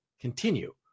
continue